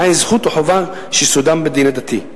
למעט זכות או חובה שיסודן בדין הדתי.